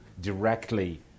directly